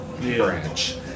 branch